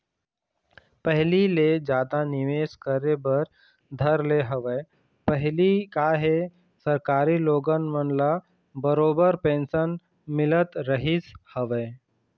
पहिली ले जादा निवेश करे बर धर ले हवय पहिली काहे सरकारी लोगन मन ल बरोबर पेंशन मिलत रहिस हवय